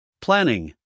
Planning